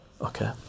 okay